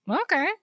okay